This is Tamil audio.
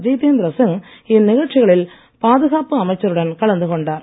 ஜிதேந்திர சிங் இந்நிகழ்ச்சிகளில் பாதுகாப்பு அமைச்சருடன் கலந்து கொண்டார்